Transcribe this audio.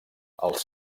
els